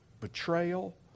betrayal